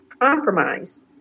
compromised